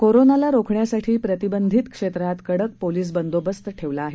कोरोनाला रोखण्यासाठी प्रतिबंधित क्षेत्रात कडक पोलीस बंदोबस्त ठेवला आहे